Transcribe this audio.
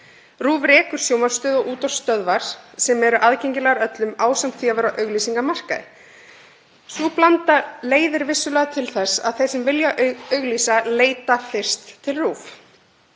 RÚV rekur sjónvarpsstöð og útvarpsstöðvar sem eru aðgengilegar öllum ásamt því að vera á auglýsingamarkaði. Sú blanda leiðir vissulega til þess að þeir sem vilja auglýsa leita fyrst til RÚV.